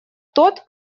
тот